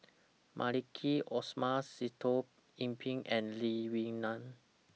Maliki Osman Sitoh Yih Pin and Lee Wee Nam